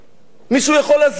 מישהו יכול להסביר לי?